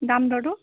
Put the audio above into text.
দাম দৰটো